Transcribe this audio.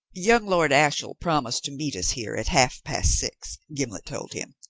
young lord ashiel promised to meet us here at half-past six, gimblet told him.